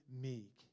meek